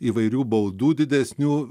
įvairių baudų didesnių